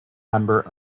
member